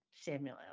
Samuel